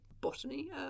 botany